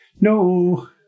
No